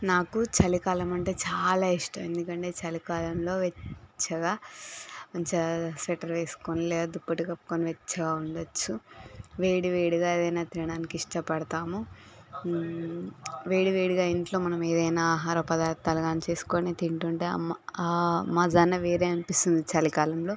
నాకు చలికాలం అంటే చాలా ఇష్టం ఎందుకంటే చలికాలంలో వెచ్చగా ఆ స్వెటర్ వేసుకుని లేదా దుప్పటి కప్పుకుని వెచ్చగా ఉండచ్చు వేడివేడిగా ఏదైనా తినడానికి ఇష్టపడతాము వేడివేడిగా ఇంట్లో మనం ఏదైనా ఆహార పదార్ధాలు కానీ చేసుకొని తింటుంటే అమ్మ ఆ మజా వేరే అనిపిస్తుంది చలి కాలంలో